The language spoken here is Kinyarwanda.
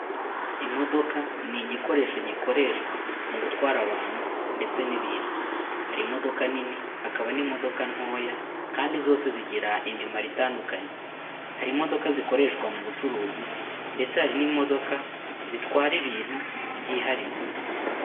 Imodoka ni igikoresho gikoreshwa mu gutwara abantu ndetse n'ibintu, hari imodoka nini hakaba n'imodoka ntoya kandi zose zigira imimaro itandukanye, hari imodoka zikoreshwa mu bucuruzi ndetse hari n'imodoka zitwara ibintu byihariye.